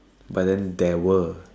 but then there were